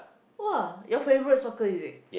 !wah! your favourite soccer is it